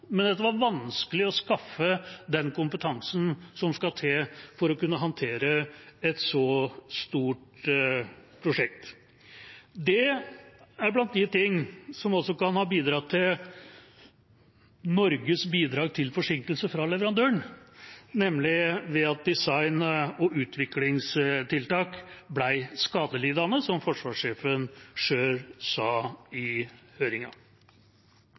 men at det var vanskelig å skaffe den kompetansen som skal til for å kunne håndtere et så stort prosjekt. Det er blant de ting som også kan ha vært Norges bidrag til forsinkelse fra leverandøren, nemlig at design- og utviklingstiltak ble skadelidende, som forsvarssjefen selv sa i